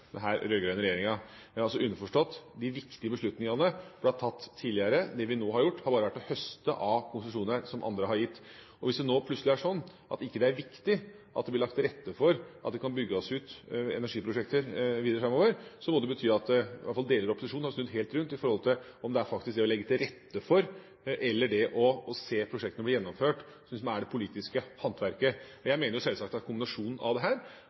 den rød-grønne regjeringa, underforstått: De viktige beslutningene ble tatt tidligere. Det vi nå har gjort, har bare vært å høste av konsesjoner som andre har gitt. Hvis det nå plutselig er slik at det ikke er viktig at det blir lagt til rette for at det kan bygges ut energiprosjekter videre framover, må det bety at i hvert fall deler av opposisjonen har snudd helt rundt i forhold til om det faktisk er det å legge til rette for eller om det er det å se prosjektene bli gjennomført som er det politiske håndverket. Jeg mener sjølsagt at det er en kombinasjon av